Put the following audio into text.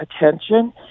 attention